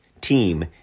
team